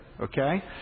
Okay